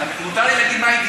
מתוק אמיתי.